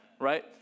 Right